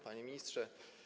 Panie Ministrze!